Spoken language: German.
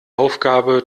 aufgabe